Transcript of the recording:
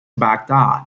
baghdad